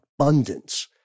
abundance